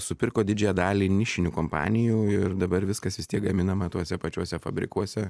supirko didžiąją dalį nišinių kompanijų ir dabar viskas vis tiek gaminama tuose pačiuose fabrikuose